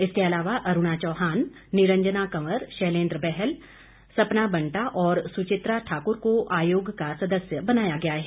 इसके अलावा अरूणा चौहान निरंजना कंवर शैलेन्द्र बहल सपना बन्टा और सुचित्रा ठाक्र को आयोग का सदस्य बनाया गया है